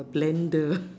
a blender